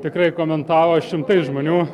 tikrai komentavo šimtai žmonių